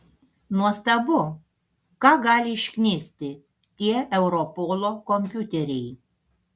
nuostabu ką gali išknisti tie europolo kompiuteriai